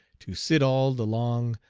to sit all the long,